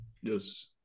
Yes